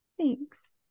Thanks